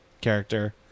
character